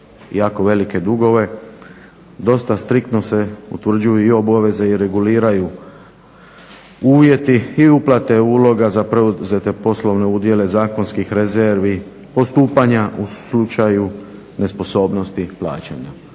su jako velike dugove, dosta striktno se utvrđuju i obaveze i reguliraju uvjeti i uplate uloga za preuzete poslovne udjele, zakonskih rezervi, postupanja u slučaju nesposobnosti plaćanja.